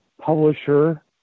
publisher